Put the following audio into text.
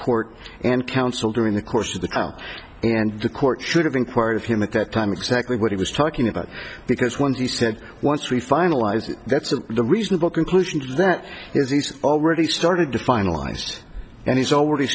court and counsel during the course of the count and the court should have inquired of him at that time exactly what he was talking about because once he said once we finalized that's a reasonable conclusion that is he's already started to finalized and he's already